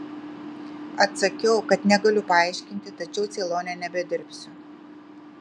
atsakiau kad negaliu paaiškinti tačiau ceilone nebedirbsiu